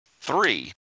Three